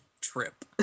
trip